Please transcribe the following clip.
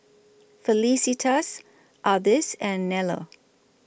Felicitas Ardyce and Nello